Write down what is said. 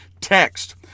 text